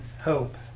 hope